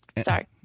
Sorry